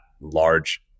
large